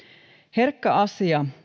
herkkä asia